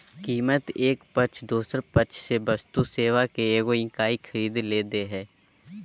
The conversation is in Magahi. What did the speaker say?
कीमत एक पक्ष दोसर पक्ष से वस्तु सेवा के एगो इकाई खरीदय ले दे हइ